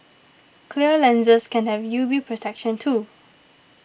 clear lenses can have U V protection too